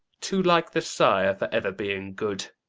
too like the sire for ever being good.